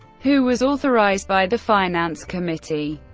who was authorized by the finance committee.